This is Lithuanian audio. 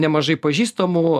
nemažai pažįstamų